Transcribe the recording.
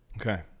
Okay